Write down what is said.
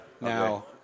Now